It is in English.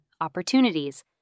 opportunities